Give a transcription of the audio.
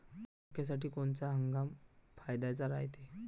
मक्क्यासाठी कोनचा हंगाम फायद्याचा रायते?